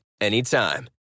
anytime